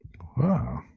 Wow